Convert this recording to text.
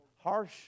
Harsh